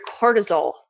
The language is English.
cortisol